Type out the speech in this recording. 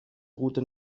route